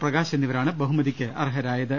പ്രകാശ് എന്നിവ രാണ് ബഹുമതിക്ക് അർഹരായത്